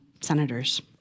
senators